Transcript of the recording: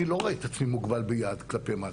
אני לא רואה את עצמי מוגבל ביעד כלפי מעלה.